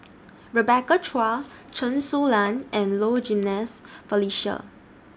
Rebecca Chua Chen Su Lan and Low Jimenez Felicia